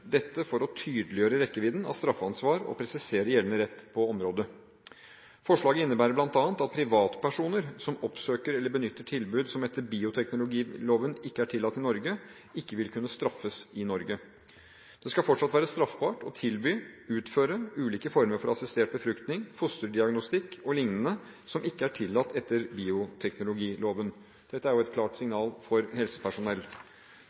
dette for å tydeliggjøre rekkevidden av straffansvaret og presisere gjeldende rett på området. Forslaget innebærer bl.a. at privatpersoner som oppsøker eller benytter tilbud som etter bioteknologiloven ikke er tillatt i Norge, ikke vil kunne straffes i Norge. Det skal fortsatt være straffbart å tilby, eller utføre, ulike former for assistert befruktning, fosterdiagnostikk og lignende som ikke er tillatt etter bioteknologiloven. Dette er et klart